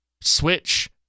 switch